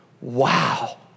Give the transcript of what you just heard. wow